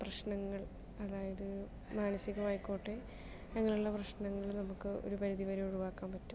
പ്രശ്നങ്ങൾ അതായത് മാനസികമായിക്കോട്ടെ അങ്ങനെ ഉള്ള പ്രശ്നങ്ങൾ നമുക്ക് ഒരു പരിധിവരെ ഒഴിവാക്കാൻ പറ്റും